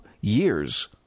years